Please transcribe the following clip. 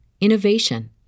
innovation